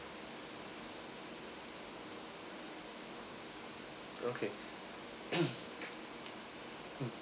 okay mm